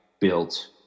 built